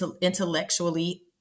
intellectually